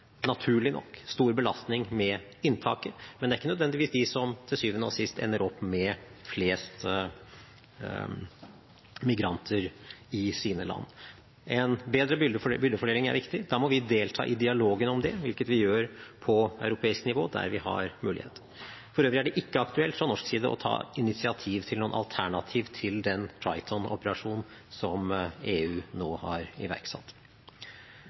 stor belastning med inntaket, men det er ikke nødvendigvis de som til syvende og sist ender opp med flest migranter i sine land. En bedre byrdefordeling er viktig. Da må vi delta i dialogen om det, hvilket vi gjør på europeisk nivå, der vi har mulighet. For øvrig er det ikke aktuelt fra norsk side å ta initiativ til noen alternativ til den Triton-operasjonen som EU nå har iverksatt.